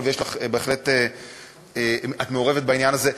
ובהחלט את מעורבת בעניין הזה,